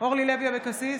אורלי לוי אבקסיס,